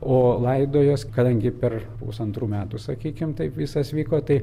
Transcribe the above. o laidojos kadangi per pusantrų metų sakykim taip viskas vyko tai